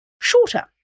shorter